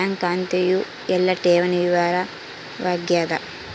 bank ಖಾತೆಯು ಎಲ್ಲ ಠೇವಣಿ ವಿವರ ವಾಗ್ಯಾದ